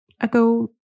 ago